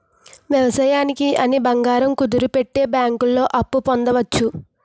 వ్యవసాయానికి అని బంగారం కుదువపెట్టి బ్యాంకుల్లో అప్పు పొందవచ్చు